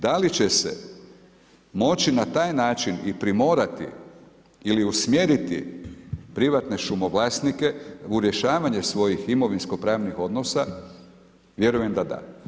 Da li će se moći na taj način i primorati ili usmjeriti privatne šumovlasnike u rješavanje svojih imovinsko-pravnih odnosa, vjerujem da da.